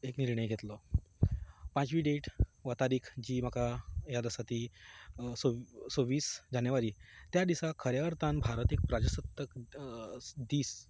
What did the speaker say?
एक निर्णय घेतलो पांचवी डेट वा तारीख जी म्हाका याद आसा ती सव्व सव्वीस जानेवारी त्या दिसाक खऱ्या अर्थान भारत एक प्राजसत्ताक दीस